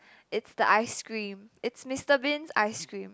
it's the ice cream it's Mister Bean's ice cream